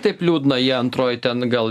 taip liūdna jie antroj ten gal